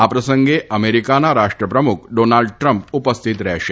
આ પ્રસંગે અમેરીકાના રાષ્ટ્રપ્રમુખ ડાબાલ્ડ ટ્રમ્પ ઉપલ્ય્થત રહેશે